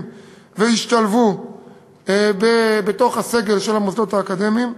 וגם ישתלבו בסגל של המוסדות האקדמיים.